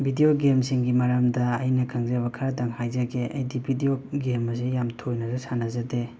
video ꯒꯦꯝꯁꯤꯡꯒꯤ ꯃꯔꯝꯗ ꯑꯩꯅ ꯈꯪꯖꯕ ꯈꯔꯗꯪ ꯍꯥꯏꯖꯒꯦ ꯑꯩꯗꯤ ꯕꯤꯗ꯭ꯌꯣ ꯒꯦꯝ ꯑꯖꯦ ꯌꯥꯝ ꯊꯣꯏꯅꯖꯨ ꯁꯥꯟꯅꯖꯗꯦ